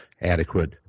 adequate